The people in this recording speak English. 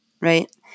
Right